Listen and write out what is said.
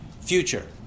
future